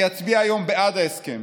אני אצביע היום בעד ההסכם,